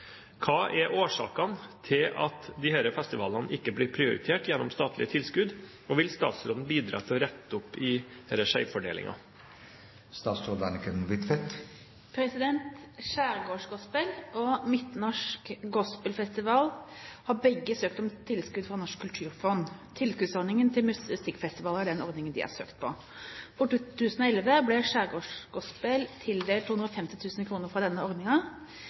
Hva er årsaken til at disse festivalene ikke blir prioritert gjennom statlige tilskudd, og vil statsråden bidra til å rette opp i denne skjevfordelingen?» Skjærgårdsgospel og Midtnorsk Gospelfestival har begge søkt om tilskudd fra Norsk kulturfond. Tilskuddsordningen til musikkfestivaler er den ordningen de har søkt på. For 2011 ble Skjærgårdsgospel tildelt 250 000 kr fra denne